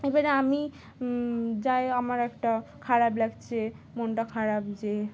এবারে আমি যাই আমার একটা খারাপ লাগছে মনটা খারাপ যে